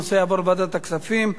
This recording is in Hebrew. הנושא יעבור לוועדת הכספים.